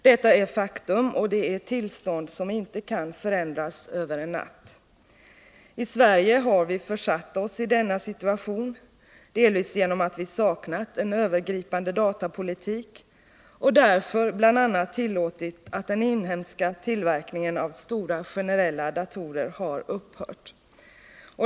Detta är faktum och det är ett tillstånd som inte kan förändras över en natt. I Sverige har vi försatt oss i denna situation delvis genom att vi har saknat en övergripande datapolitik och därför bl.a. tillåtit att den inhemska tillverkningen av stora generella datorer har upphört.